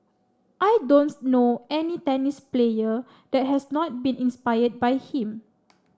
I don't know any tennis player that has not been inspired by him